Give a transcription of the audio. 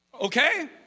okay